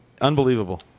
Unbelievable